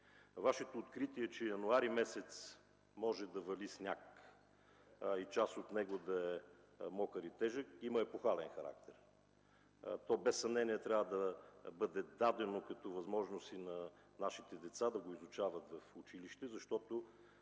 Вашето откритие, че месец януари може да вали сняг и част от него да е мокър и тежък, има епохален характер. То без съмнение трябва да бъде дадено като възможност и на нашите деца да го изучават в училище, защото